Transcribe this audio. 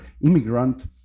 immigrant